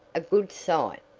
a good sight,